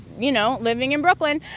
you know, living in brooklyn,